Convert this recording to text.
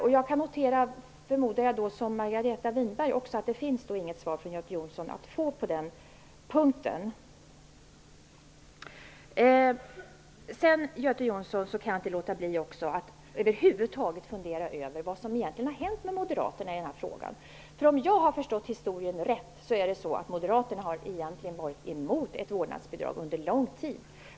Jag och även Margareta Winberg kan då notera att det inte finns något svar från Göte Jonsson att få på den punkten. Jag kan vidare, Göte Jonsson, inte låta bli att fundera över vad som egentligen har hänt med moderaterna i denna fråga. Såvitt jag har förstått har moderaterna under lång tid varit emot ett vårdnadsbidrag.